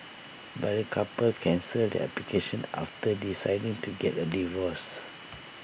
but the couple cancelled their application after deciding to get A divorce